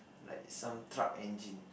like some truck engine